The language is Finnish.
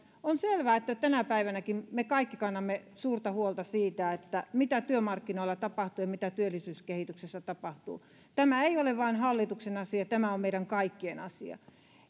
on selvää että tänä päivänäkin me kaikki kannamme suurta huolta siitä mitä työmarkkinoilla tapahtuu ja mitä työllisyyskehityksessä tapahtuu tämä ei ole vain hallituksen asia tämä on meidän kaikkien asia